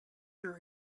your